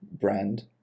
brand